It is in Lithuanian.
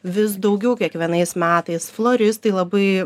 vis daugiau kiekvienais metais floristai labai